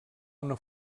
una